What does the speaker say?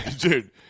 dude